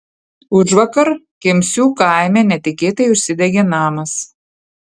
užvakar kemsių kaime netikėtai užsidegė namas